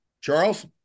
Charles